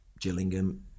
Gillingham